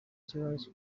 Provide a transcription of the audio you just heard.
kibazo